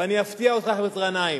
ואני אפתיע אותך, חבר הכנסת גנאים,